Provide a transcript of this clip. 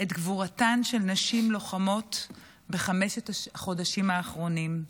את גבורתן של נשים לוחמות בחמשת החודשים האחרונים.